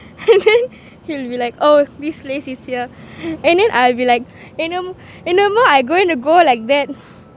and then he'll be like oh this place is here and then I'll be like எனும் என்னமோ:enum enamo I going to go like that